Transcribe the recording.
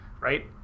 right